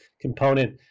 component